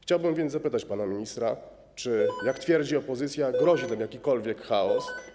Chciałbym więc zapytać pana ministra, czy, jak twierdzi opozycja, grozi nam jakikolwiek chaos.